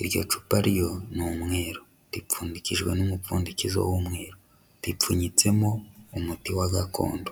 Iryo cupa ryo ni umweru ripfundikijwe n'umupfundikizo w'umweru ripfunyitsemo umuti wa gakondo.